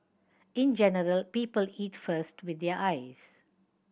in general people eat first with their eyes